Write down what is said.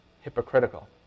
hypocritical